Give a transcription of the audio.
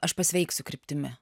aš pasveiksiu kryptimi